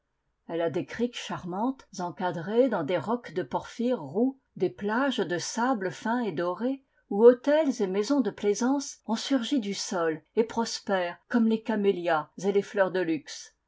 elle a des criques charmantes encadrées dans des rocs de porphyre roux des plages de sable fin et doré où hôtels et maisons de plaisance ont surgi du sol et prospèrent comme les camélias et les fleurs de luxe